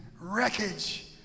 wreckage